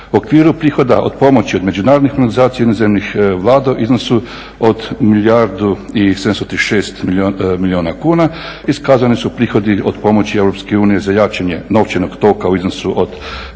U okviru prihoda od pomoći od međunarodnih organizacija inozemnih vlada u iznosu od milijardu i 736 milijuna kuna iskazni su prihodi od pomoći Europske unije za jačanje novčanog toka u iznosu od